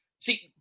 see